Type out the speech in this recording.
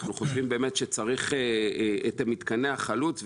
אנחנו חושבים שצריך את מתקני החלוץ,